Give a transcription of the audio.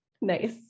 Nice